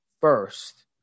first